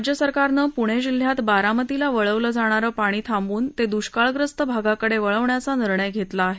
राज्य सरकारनं पुणे जिल्ह्यात बारामतीला वळवलं जाणारं पाणी थांबवून ते दुष्काळग्रस्त भागाकडे वळवण्याचा निर्णय घेतला आहे